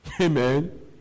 Amen